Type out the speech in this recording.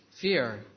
fear